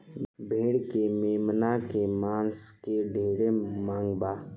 भेड़ के मेमना के मांस के ढेरे मांग बा